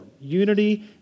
unity